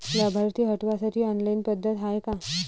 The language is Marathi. लाभार्थी हटवासाठी ऑनलाईन पद्धत हाय का?